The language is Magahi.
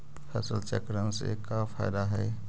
फसल चक्रण से का फ़ायदा हई?